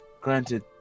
Granted